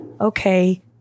okay